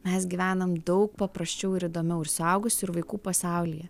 mes gyvenam daug paprasčiau ir įdomiau ir suaugusių ir vaikų pasaulyje